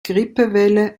grippewelle